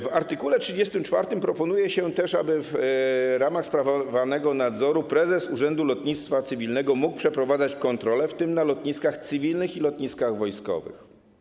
W art. 34 proponuje się też, aby w ramach sprawowanego nadzoru prezes Urzędu Lotnictwa Cywilnego mógł przeprowadzać kontrole, w tym na lotniskach cywilnych i lotniskach wojskowych.